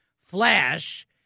flash